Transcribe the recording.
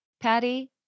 Patty